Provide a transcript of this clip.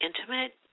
intimate